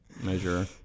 measure